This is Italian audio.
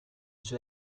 suoi